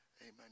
Amen